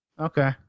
Okay